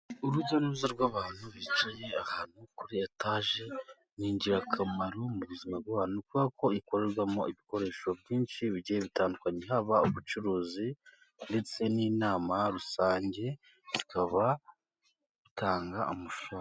Urujya nuruza rw'abantu bicaye ahantu kuri etaje ni ingirakamaro mu buzima bw'abantu. Ni ukuvuga ko ikorerwamo ibikoresho byinshi bigiye bitandukanye haba ubucuruzi ndetse n'inama rusange bukaba butanga amafaranga.